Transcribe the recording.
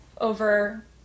over